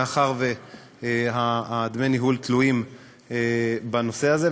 מאחר שדמי הניהול תלויים בנושא הזה.